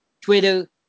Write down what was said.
twitter